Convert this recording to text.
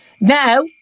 Now